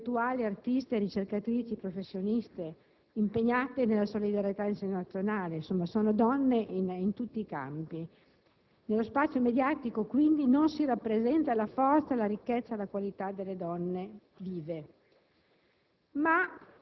lavoratrici, intellettuali artiste, ricercatrici, professioniste impegnate nella solidarietà internazionale. Insomma, sono donne che operano in tutti i campi. Nello spazio mediatico, quindi, non si rappresenta la forza, la ricchezza e la qualità delle donne vive.